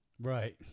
Right